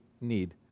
need